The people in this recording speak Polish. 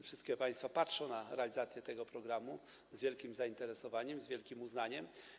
Wszystkie państwa patrzą na realizację tego programu z wielkim zainteresowaniem, z wielkim uznaniem.